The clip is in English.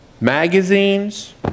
Magazines